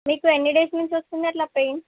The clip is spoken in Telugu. మీకు ఎన్ని డేస్ నుంచి వస్తుందట్లా పెయిన్